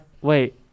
Wait